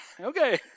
Okay